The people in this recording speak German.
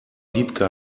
wiebke